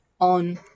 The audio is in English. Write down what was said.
on